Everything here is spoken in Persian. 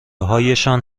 هایشان